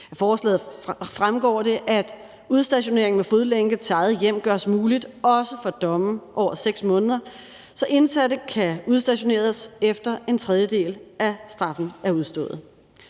forslaget fremgår det, at udstationering med fodlænke til eget hjem gøres muligt også for domme på over 6 måneder, så indsatte kan udstationeres, efter en tredjedel af straffen er udstået.